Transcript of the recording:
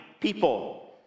people